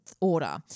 order